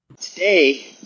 Today